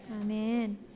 Amen